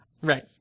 right